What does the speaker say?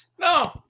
No